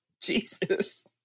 Jesus